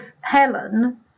Helen